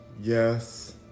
Yes